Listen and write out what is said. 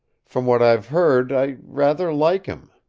from what i've heard i rather like him.